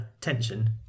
tension